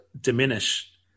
diminish